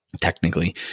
technically